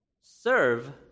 Serve